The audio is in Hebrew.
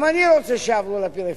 גם אני רוצה שיעברו לפריפריה,